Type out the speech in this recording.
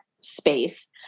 space